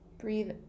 breathe